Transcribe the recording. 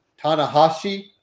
Tanahashi